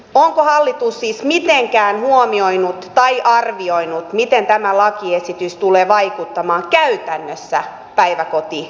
onko hallitus siis mitenkään huomioinut tai arvioinut miten tämä lakiesitys tulee vaikuttamaan käytännössä päiväkotiryhmissä